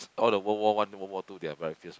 all the War World One War World Two they are very fierce